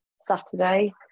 Saturday